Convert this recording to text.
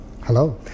Hello